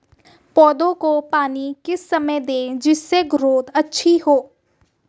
पौधे को पानी किस समय दें जिससे ग्रोथ अच्छी हो?